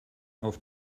auf